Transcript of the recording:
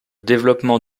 développement